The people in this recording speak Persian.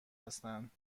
هستند